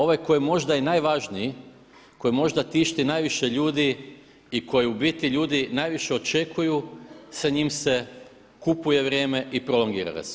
Ovaj koji je možda i najvažniji, koji možda tišti najviše ljudi i koji u biti ljudi najviše očekuju sa njim se kupuje vrijeme i prolongira ga se.